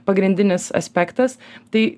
pagrindinis aspektas tai